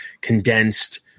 condensed